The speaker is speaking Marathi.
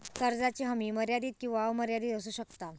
कर्जाची हमी मर्यादित किंवा अमर्यादित असू शकता